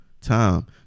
time